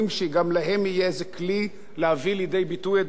להביא לידי ביטוי את דעותיהם ואת עמדותיהם?